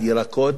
מחיר סביר.